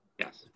Yes